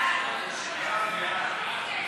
ההצעה להעביר